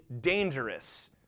dangerous